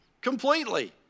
completely